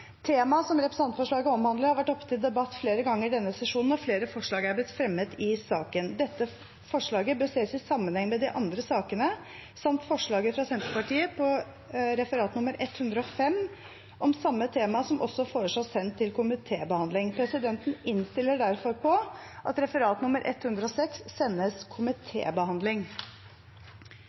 Temaet som representantforslaget omhandler, har vært oppe til debatt flere ganger denne sesjonen, og flere forslag er blitt fremmet om saken. Dette forslaget bør ses i sammenheng med de andre sakene samt forslaget fra Senterpartiet i referatsak nr. 105 om samme tema, som også foreslås sendt til komitébehandling. Presidenten innstiller derfor på at referatsak nr. 106 sendes